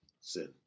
sin